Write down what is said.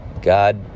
God